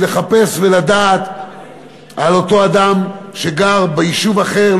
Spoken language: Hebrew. לחפש ולדעת על אותו אדם שגר ביישוב אחר,